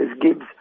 Gibbs